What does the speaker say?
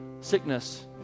Sickness